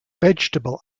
vegetable